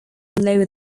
lower